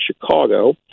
Chicago